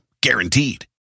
Guaranteed